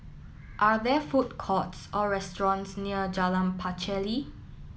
are there food courts or restaurants near Jalan Pacheli